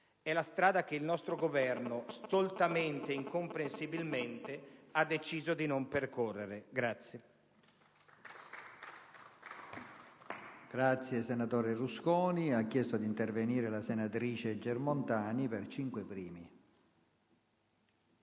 è la strada che il nostro Governo, stoltamente e incomprensibilmente, ha deciso di non percorrere.